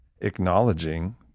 acknowledging